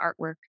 artwork